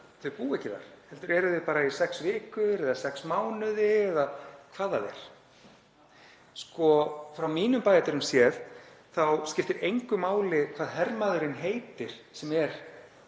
þau búa ekki þar heldur eru þau bara í sex vikur eða sex mánuði eða hvað það er. Frá mínum bæjardyrum séð skiptir engu máli hvað hermaðurinn heitir sem er